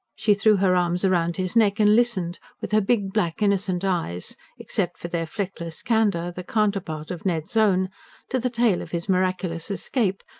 she threw her arms round his neck, and listened, with her big, black, innocent eyes except for their fleckless candour, the counterpart of ned's own to the tale of his miraculous escape,